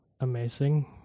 Amazing